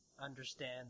understand